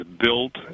built